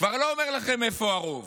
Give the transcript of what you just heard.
כבר לא אומר לכם איפה הרוב.